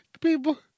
people